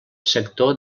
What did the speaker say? sector